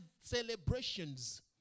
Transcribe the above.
celebrations